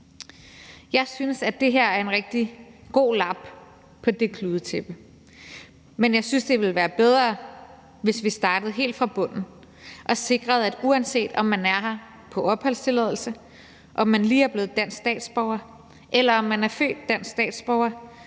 Jeg synes, at det her er en rigtig god lap på det kludetæppe; men jeg synes, at det ville være bedre, hvis vi startede helt fra bunden og sikrede, at uanset om man er her på opholdstilladelse, om man lige er blevet dansk statsborger, eller om man er født dansk statsborger,